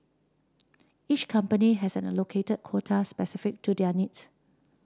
each company has an allocated quota specific to their needs